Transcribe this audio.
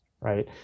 right